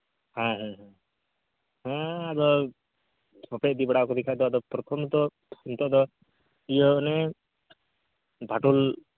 ᱦᱮᱸ ᱦᱮᱸ ᱦᱮᱸ ᱟᱫᱚ ᱵᱟᱯᱮ ᱤᱫᱤ ᱵᱟᱲᱟ ᱟᱠᱟᱫᱮ ᱠᱷᱟᱡ ᱫᱚ ᱯᱨᱚᱛᱷᱚᱢ ᱛᱚ ᱱᱤᱛᱚᱜ ᱫᱚ ᱩᱱᱤ ᱤᱭᱟᱹ ᱫᱷᱟᱹᱫᱩᱞ